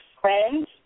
friends